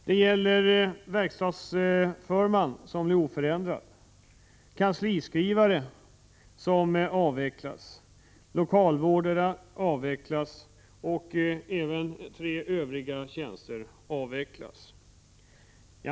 Tjänsten som verkstadsförman kvarstår oförändrad. Tjänsterna som kansliskrivare och lokalvårdare avvecklas, och även tre övriga tjänster avvecklas.